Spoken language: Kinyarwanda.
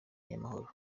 y’amahoro